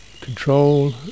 control